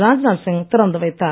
ராஜ்நாத்சிங் திறந்து வைத்தார்